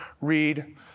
read